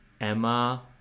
Emma